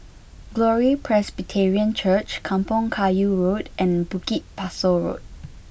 Glory Presbyterian Church Kampong Kayu Road and Bukit Pasoh Road